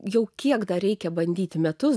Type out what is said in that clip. jau kiek dar reikia bandyti metus